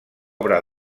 obra